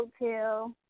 hotel